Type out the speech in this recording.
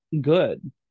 good